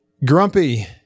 Grumpy